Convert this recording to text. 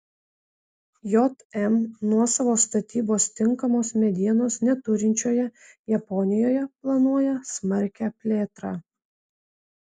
jm nuosavos statybos tinkamos medienos neturinčioje japonijoje planuoja smarkią plėtrą